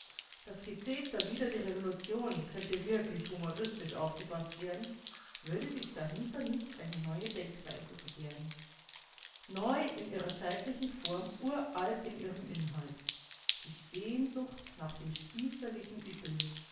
das gezeter wider die revolution könnte wirklich humoristisch aufgefaßt werden würde sich dahinter nicht eine neue denkweise verbergen neu in ihrer zeitlichen form uralt in ihrem inhalt die sehnsucht nach dem spießerlichen idyll